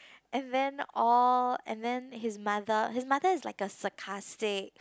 and then all and then his mother his mother is like a sarcastic